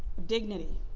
dignity,